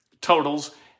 totals